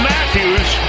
Matthews